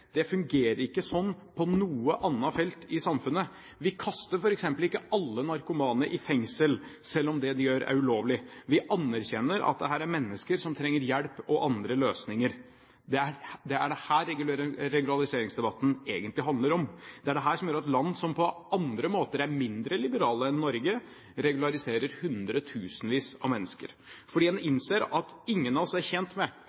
Det fungerer ikke sånn på noe annet felt i samfunnet. Vi kaster f.eks. ikke alle narkomane i fengsel selv om det de gjør, er ulovlig. Vi anerkjenner at dette er mennesker som trenger hjelp og andre løsninger. Det er dette regulariseringsdebatten egentlig handler om. Det er dette som gjør at land som på andre måter er mindre liberale enn Norge, regulariserer hundretusenvis av mennesker, fordi man innser at ingen av oss er tjent med